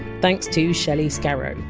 thanks to shelley scarrow.